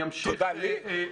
תודה לי?